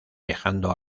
viajando